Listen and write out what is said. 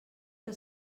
que